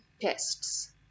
tests